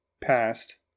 past